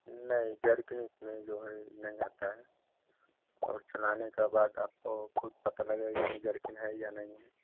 नहीं जर्किन उसमें जो है नहीं आता है और चलाने क बाद आपको खुद पता लगेगा इसमें जर्किन है या नहीं